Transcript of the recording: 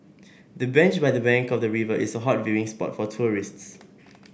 the bench by the bank of the river is a hot viewing spot for tourists